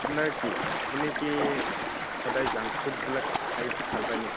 নে কি আপুনি কি সদায় জাংক ফুডবিলাক খাই ভাল পায় নেকি